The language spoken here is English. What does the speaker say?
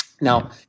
Now